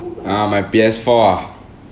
uh my P_S four ah